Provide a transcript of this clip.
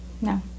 no